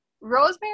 Rosemary